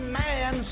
man